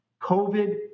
COVID